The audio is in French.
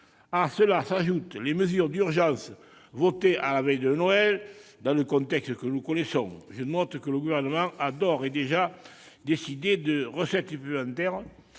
À cela s'ajoutent les mesures d'urgence votées à la veille de Noël dans le contexte que nous connaissons. Je note que le Gouvernement a d'ores et déjà décidé de recettes supplémentaires